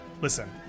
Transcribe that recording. Listen